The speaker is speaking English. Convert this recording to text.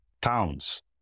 towns